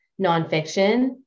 nonfiction